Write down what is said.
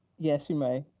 yes, you may.